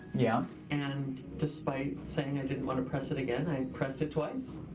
yeah. and despite saying i didn't want to press it again, i pressed it twice.